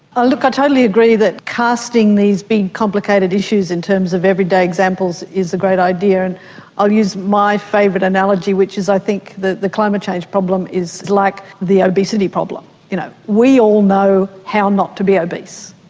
look, i totally agree that casting these big complicated issues in terms of everyday examples is a great idea, and i'll use my favourite analogy which is i think the the climate change problem is like the obesity problem you know we all know how not to be obese,